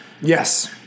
Yes